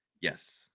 Yes